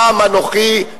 פעם אנוכי,